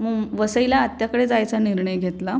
मु वसईला आत्याकडे जायचा निर्णय घेतला